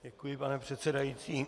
Děkuji, pane předsedající.